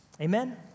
Amen